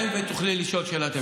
אני אסכם, ותוכלי לשאול שאלת המשך.